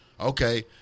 okay